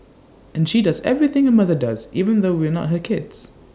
and she does everything A mother does even though we're not her kids